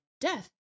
Death